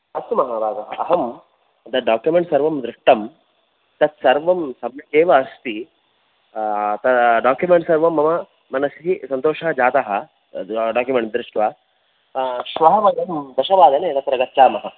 अस्तु महाभागः अहं तत् डाक्युमेण्ट् सर्वं दृष्टं तत् सर्वं सम्यक् एव अस्ति डाक्युमेण्ट् सर्वं मम मनसी सन्तोषः जातः डाक्युमेण्ट् दृष्ट्वा श्वः वयं दशवादने तत्र गच्छामः